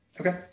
Okay